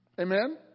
Amen